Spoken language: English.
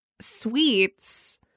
sweets